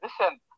listen